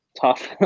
tough